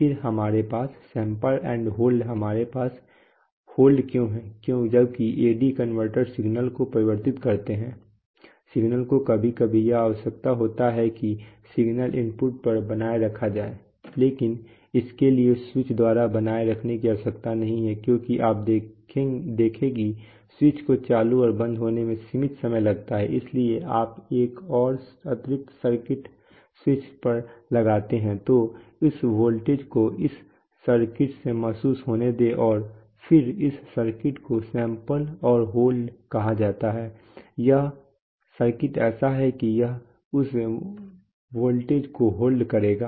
फिर हमारे पास सैंपल एंड होल्ड है इसलिए हमारे पास होल्ड क्यों है जबकि AD कन्वर्टर्स सिग्नल को परिवर्तित करते हैं सिग्नल को कभी कभी यह आवश्यक होता है कि सिग्नल इनपुट पर बनाए रखा जाए लेकिन इसके लिए स्विच द्वारा बनाए रखने की आवश्यकता नहीं है क्योंकि आप देखें कि स्विच को चालू और बंद होने में सीमित समय लगता है इसलिए आप एक और अतिरिक्त सर्किट स्विच पर लगाते हैं तो इस वोल्टेज को उस सर्किट से महसूस होने दें और फिर इस सर्किट को सैंपल एंड होल्ड कहा जाता है यह सर्किट ऐसा है कि यह उस वोल्टेज को होल्ड करेगा